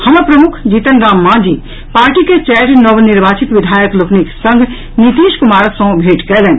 हम प्रमुख जीतन राम मांझी पार्टी के चारि नवनिर्वाचित विधायक लोकनिक संग नीतीश कुमार सँ भेंट कयलनि